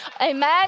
Amen